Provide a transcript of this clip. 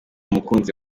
umukunzi